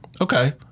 Okay